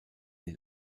den